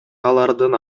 алардын